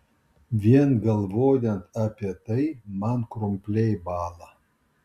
vien galvojant apie tai man krumpliai bąla